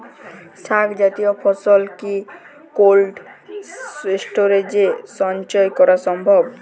শাক জাতীয় ফসল কি কোল্ড স্টোরেজে সঞ্চয় করা সম্ভব?